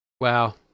wow